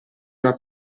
una